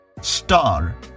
Star